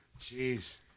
jeez